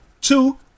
Two